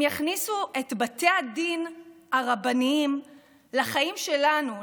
הם יכניסו את בתי הדין הרבניים לחיים שלנו,